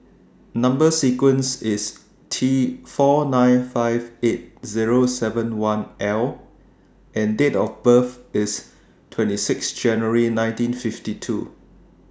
Number sequence IS T four nine five eight Zero seven one L and Date of birth IS twenty six January nineteen fifty two